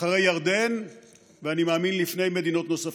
אחרי ירדן ולפני מדינות נוספות,